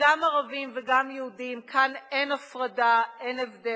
גם ערבים וגם יהודים, כאן אין הפרדה, אין הבדל.